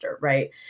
right